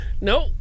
Nope